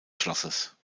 schlosses